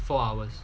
four hours